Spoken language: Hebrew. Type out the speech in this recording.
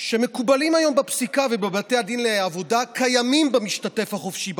שמקובלים היום בפסיקה ובבתי הדין לעבודה קיימים במשתתף החופשי,